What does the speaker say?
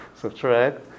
subtract